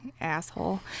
Asshole